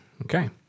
Okay